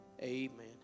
Amen